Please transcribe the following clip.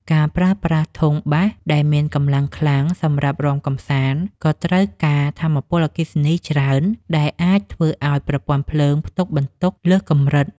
ការប្រើប្រាស់ធុងបាសដែលមានកម្លាំងខ្លាំងសម្រាប់រាំកម្សាន្តក៏ត្រូវការថាមពលអគ្គិសនីច្រើន ដែលអាចធ្វើឱ្យប្រព័ន្ធភ្លើងផ្ទុកបន្ទុកលើសកម្រិត។